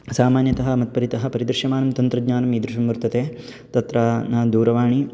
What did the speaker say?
सामान्यतः मत्परितः परिदृश्यमानं तन्त्रज्ञानम् ईदृशं वर्तते तत्र न दूरवाणी